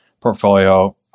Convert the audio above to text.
portfolio